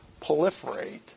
proliferate